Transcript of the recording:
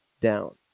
down